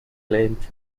claims